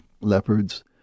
leopards